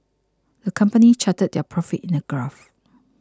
the company charted their profits in a graph